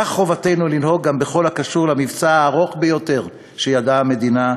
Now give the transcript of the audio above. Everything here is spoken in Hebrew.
כך חובתנו לנהוג גם בכל הקשור למבצע הארוך ביותר שידעה המדינה,